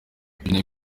dukeneye